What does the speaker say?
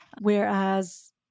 whereas